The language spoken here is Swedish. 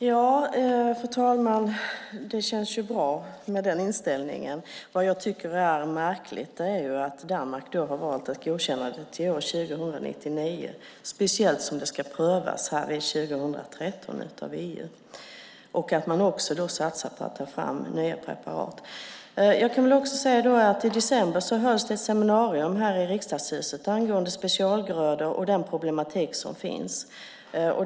Fru talman! Det känns bra med den inställningen. Det jag tycker är märkligt är att Danmark har valt att godkänna detta till 2099, speciellt som det ska prövas av EU 2013, och att man också satsar på att ta fram nya preparat. I december hölls det ett seminarium här i Riksdagshuset angående specialgrödor och den problematik som finns.